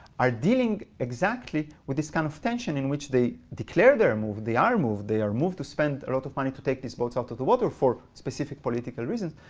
are dealing exactly with this kind of tension in which they declare they're and moved, they are moved, they are moved to spend a lot of money to take these boats out of the water for specific political reasons.